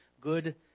good